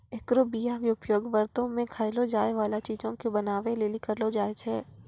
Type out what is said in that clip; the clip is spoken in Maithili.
एकरो बीया के उपयोग व्रतो मे खयलो जाय बाला चीजो के बनाबै लेली करलो जाय छै